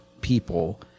people